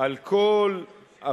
על כל הפירוט